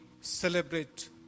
celebrate